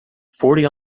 forty